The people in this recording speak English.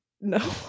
no